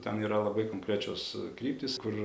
ten yra labai konkrečios kryptis kur